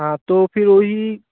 हाँ तो फिर वही